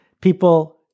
people